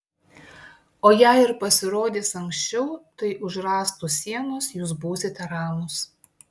o jei ir pasirodys anksčiau tai už rąstų sienos jūs būsite ramūs